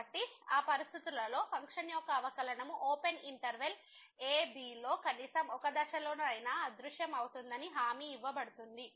కాబట్టి ఆ పరిస్థితులలో ఫంక్షన్ యొక్క అవకలనము ఓపెన్ ఇంటర్వెల్ a b లో కనీసం ఒక దశలోనైనా అదృశ్యమవుతుందని హామీ ఇవ్వబడింది